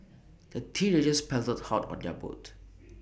the teenagers paddled hard on their boat